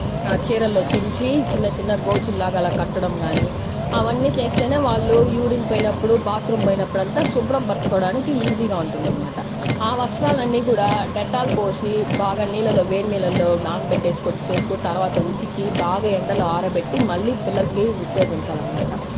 ఆ చీరల్లో చించి చిన్నచిన్న గోచిలాగా అలా కట్టడం గాని అవన్నీ చేస్తేనే వాళ్ళు యూరిన్ పోయినప్పుడు బాత్రూం పోయినప్పుడలంతా శుభ్రం పరచుకోవడానికి ఈజీ గా ఉంటుందన్నమాట ఆ వస్త్రాలన్నీ కూడా డెటాల్ పోసి బాగా నీళ్లలో వేడి నీళ్లలో నానబెట్టేసి కొద్దిసేపు తర్వాత ఉతికి బాగా ఎండలో ఆరబెట్టి మళ్లీ పిల్లలకి ఉపయోగించాలనమాట